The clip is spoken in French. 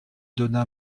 donna